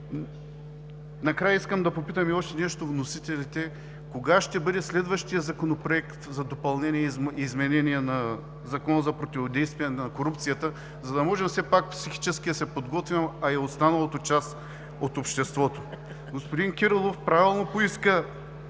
априори? Искам да попитам и още нещо вносителите: кога ще бъде следващия законопроект за допълнение и изменение на Закона за противодействие на корупцията, за да можем все пак психически да се подготвим, а и останалата част от обществото също? Господин Кирилов правилно поиска